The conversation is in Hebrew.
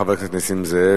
חבר הכנסת נסים זאב,